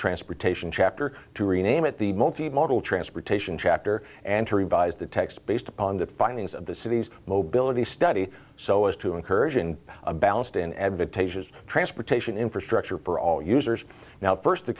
transportation chapter to rename it the multi modal transportation chapter and to revise the text based upon the findings of the city's mobility study so as to encourage in a balanced and advantageous transportation infrastructure for all users now first